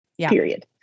period